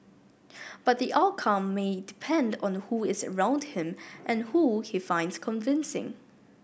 but the outcome may depend on who is around him and who he finds convincing